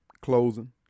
closing